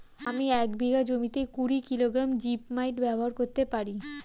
আমি এক বিঘা জমিতে কুড়ি কিলোগ্রাম জিপমাইট ব্যবহার করতে পারি?